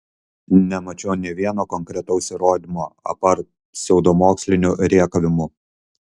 nemačiau nė vieno konkretaus įrodymo apart pseudomokslinių rėkavimų